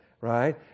right